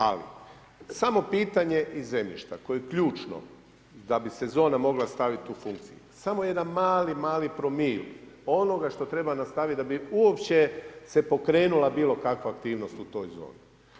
Ali, samo pitanje i zemljišta, koje je ključno da bi se zona mogla staviti u funkciju, samo jedan mali promil, onoga što treba nastaviti, da bi uopće se pokrenula bilo kakva aktivnost u toj zoni.